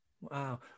Wow